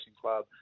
club